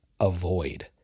avoid